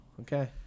Okay